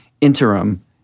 interim